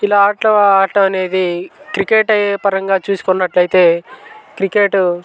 ఇలా ఆటలు ఆడటం అనేది క్రికెట్ పరంగా చూసుకున్నట్లయితే క్రికెటు